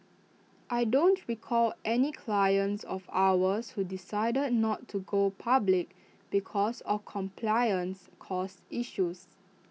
I don't recall any clients of ours who decided not to go public because of compliance costs issues